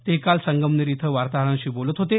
ते काल संगमनेर इथं वार्ताहरांशी बोलत होते